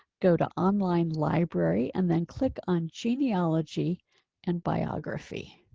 go to online library and then click on genealogy and biography